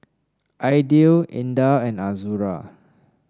Aidil Indah and Azura